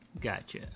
Gotcha